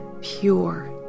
pure